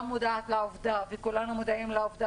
אני גם מודעת לעובדה וכולנו מודעים לעובדה